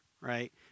right